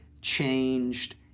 changed